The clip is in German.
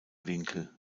winkel